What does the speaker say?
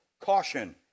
caution